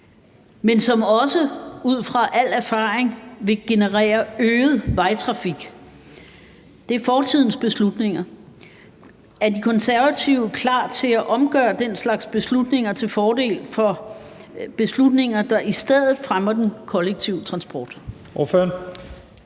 men som også ud fra al erfaring vil generere øget vejtrafik? Det er fortidens beslutninger. Er De Konservative klar til at omgøre den slags beslutninger til fordel for beslutninger, der i stedet fremmer den kollektive transport?